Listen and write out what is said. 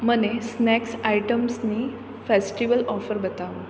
મને સ્નેક્સ આઇટમ્સની festival offer બતાવો